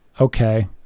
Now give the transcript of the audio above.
Okay